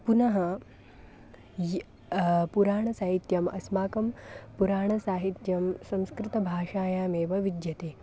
पुनः यत् पुराणसाहित्यम् अस्माकं पुराणसाहित्यं संस्कृतभाषायामेव विद्यते